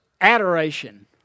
adoration